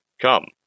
Come